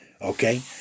Okay